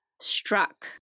struck